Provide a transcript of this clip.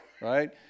right